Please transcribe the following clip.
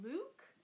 Luke